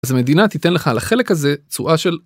אז המדינה תיתן לך על החלק הזה צורה של.